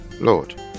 Lord